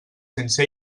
sense